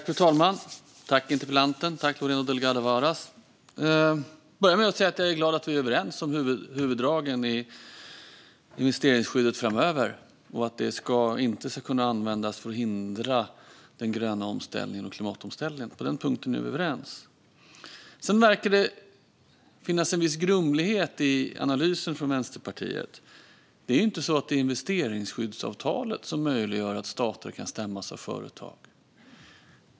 Fru talman! Jag vill börja med att säga att jag är glad att vi är överens om huvuddragen i investeringsskyddet framöver och att det inte ska kunna användas för att hindra den gröna omställningen och klimatomställningen. På den punkten är vi överens. Sedan verkar det finnas en viss grumlighet i analysen från Vänsterpartiet. Det är inte investeringsskyddsavtalet som möjliggör att stater kan stämmas av företag.